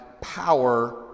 power